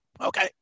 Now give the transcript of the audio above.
Okay